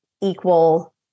equal